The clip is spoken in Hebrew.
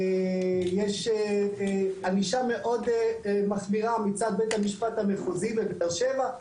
יש ענישה מאוד מחמירה מצד בית המשפט המחוזי בבאר שבע,